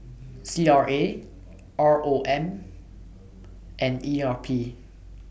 C R A R O M and E R P